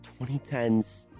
2010s